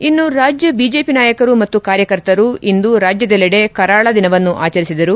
ಇನ್ನು ರಾಜ್ಯ ಬಿಜೆಪಿ ನಾಯಕರು ಮತ್ತು ಕಾರ್ಯಕರ್ತರು ಇಂದು ರಾಜ್ಯದೆಲ್ಲೆಡೆ ಕರಾಳ ದಿನವನ್ನು ಆಚರಿಸಿದರು